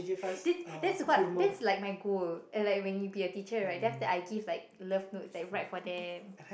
this this is quite this is like my-god and like when you be teacher right then after I give like love notes then write for them